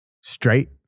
straight